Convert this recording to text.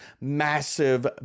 massive